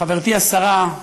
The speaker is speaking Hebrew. חברתי השרה,